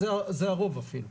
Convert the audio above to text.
זה הרוב אפילו,